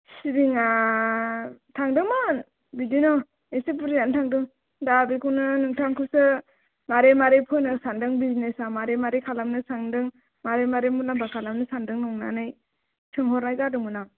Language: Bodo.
सिबिंआ थांदोंमोन बिदिनो एसे बुरजायानो थांदों दा बेखौनो नोंथांखौसो मारै मारै फोनो सान्दों बिजनेसआ मारै मारै खालामनो सान्दों मारै मारै मुलामफा खालामनो सान्दों नंनानै सोंहरनाय जादोंमोन आं